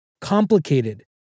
complicated